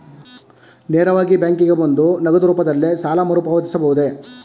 ನೇರವಾಗಿ ಬ್ಯಾಂಕಿಗೆ ಬಂದು ನಗದು ರೂಪದಲ್ಲೇ ಸಾಲ ಮರುಪಾವತಿಸಬಹುದೇ?